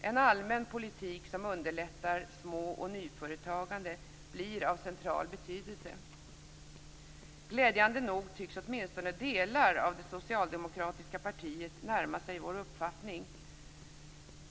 En allmän politik som underlättar små och nyföretagande blir av central betydelse. Glädjande nog tycks åtminstone delar av det socialdemokratiska partiet närma sig vår uppfattning.